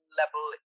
level